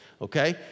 Okay